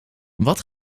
wat